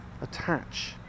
attach